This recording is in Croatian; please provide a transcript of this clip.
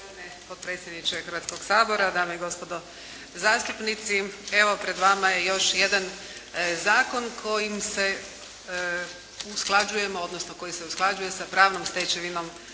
potpredsjedniče Hrvatskog sabora, dame i gospodo zastupnici. Evo, pred vama je još jedan zakon kojim se usklađujemo, odnosno